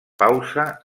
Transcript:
pausa